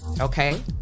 Okay